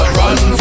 run